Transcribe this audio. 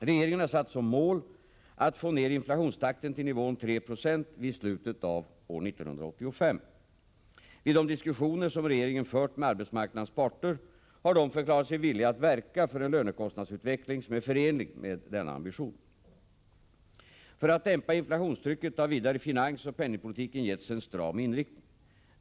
Regeringen har satt som mål att få ner inflationstakten till nivån 3 96 vid slutet av 1985. Vid de diskussioner som regeringen fört med arbetsmarknadens parter har dessa förklarat sig villiga att verka för en lönekostnadsutveckling som är förenlig med denna ambition. För att dämpa inflationstrycket har vidare finansoch penningpolitiken getts en stram inriktning.